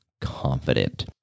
confident